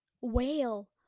Whale